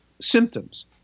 symptoms